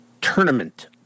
Tournament